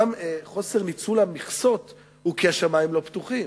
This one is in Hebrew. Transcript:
אי-ניצול המכסות הוא כי השמים לא פתוחים,